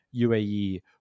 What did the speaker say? UAE